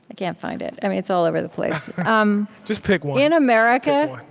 ah can't find it. it's all over the place um just pick one in america,